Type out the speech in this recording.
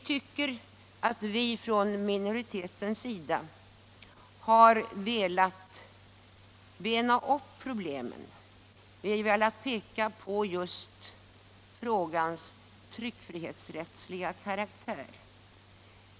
Från minoritetens sida har vi velat bena upp problemen och önskat framhålla frågans tryckfrihetsrättsliga karaktär.